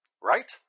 Right